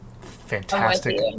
fantastic